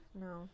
no